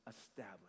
established